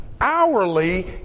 hourly